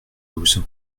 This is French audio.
douze